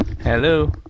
hello